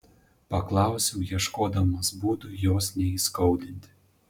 paklausiau ieškodamas būdų jos neįskaudinti